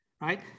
Right